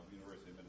University